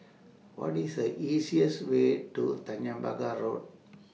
What IS The easiest Way to Tanjong Pagar Road